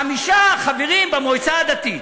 חמישה חברים במועצה הדתית.